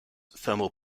thermal